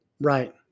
Right